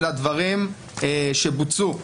הדברים שבוצעו,